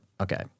Okay